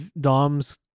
Dom's